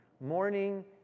morning